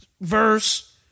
verse